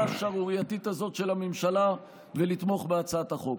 השערורייתית הזאת של הממשלה ולתמוך בהצעת החוק.